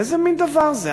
איזה מין דבר זה?